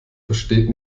versteht